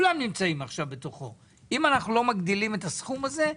אם אנחנו לא מגדילים את הסכום הזה,